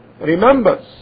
remembers